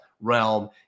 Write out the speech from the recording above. Realm